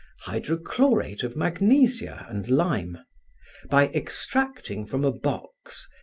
hydrochlorate of magnesia and lime by extracting from a box,